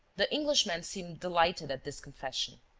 the englishman seemed delighted at this confession.